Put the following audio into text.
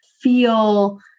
feel